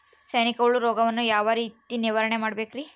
ಸೈನಿಕ ಹುಳು ರೋಗವನ್ನು ಯಾವ ರೇತಿ ನಿರ್ವಹಣೆ ಮಾಡಬೇಕ್ರಿ?